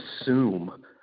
assume